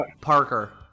Parker